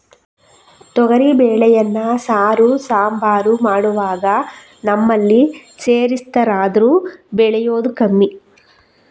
ತೊಗರಿ ಬೇಳೆಯನ್ನ ಸಾರು, ಸಾಂಬಾರು ಮಾಡುವಾಗ ನಮ್ಮಲ್ಲಿ ಸೇರಿಸ್ತಾರಾದ್ರೂ ಬೆಳೆಯುದು ಕಮ್ಮಿ